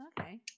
Okay